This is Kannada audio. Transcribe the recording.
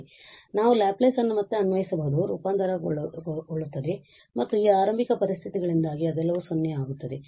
ಆದ್ದರಿಂದ ನಾವು ಲ್ಯಾಪ್ಲೇಸ್ ಅನ್ನು ಮತ್ತೆ ಅನ್ವಯಿಸಬಹುದು ರೂಪಾಂತರಗೊಳ್ಳುತ್ತದೆ ಮತ್ತು ಈ ಆರಂಭಿಕ ಪರಿಸ್ಥಿತಿಗಳಿಂದಾಗಿ ಇವೆಲ್ಲವೂ 0 ಆಗುತ್ತವೆ